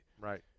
Right